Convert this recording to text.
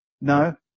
No